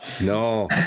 No